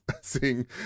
seeing